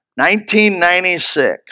1996